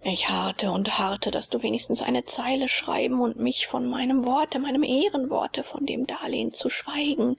ich harrte und harrte daß du wenigstens eine zeile schreiben und mich von meinem worte meinem ehrenworte von dem darlehen zu schweigen